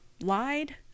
lied